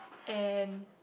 and